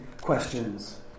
questions